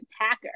attacker